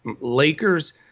Lakers